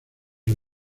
los